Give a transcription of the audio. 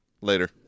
later